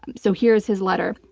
so here's his letter.